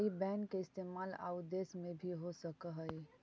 आई बैन के इस्तेमाल आउ देश में भी हो सकऽ हई का?